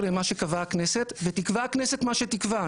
למה שקבעה הכנסת ותקבע הכנסת מה שתקבע,